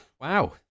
wow